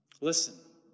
Listen